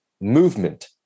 movement